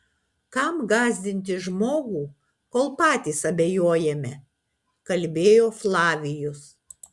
kam gąsdinti žmogų kol patys abejojame kalbėjo flavijus